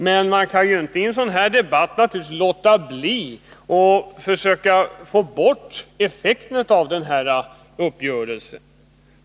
Men man kan inte i en sådan här debatt försöka få bort effekten av uppgörelsen.